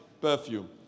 perfume